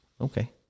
Okay